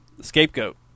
Scapegoat